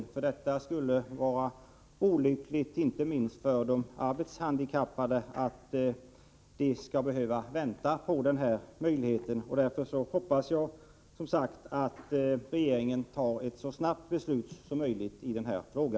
Det skulle vara olyckligt, inte minst för de arbetshandikappade, att behöva vänta. Därför hoppas jag, som sagt, att regeringen fattar ett så snabbt beslut som möjligt i denna fråga.